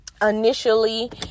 initially